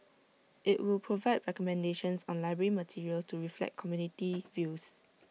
IT will provide recommendations on library materials to reflect community views